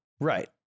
Right